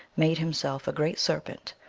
made himself a great serpent,